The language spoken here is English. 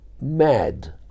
mad